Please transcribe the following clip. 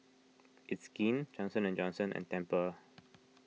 It's Skin Johnson and Johnson and Tempur